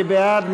מי בעד?